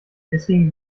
deswegen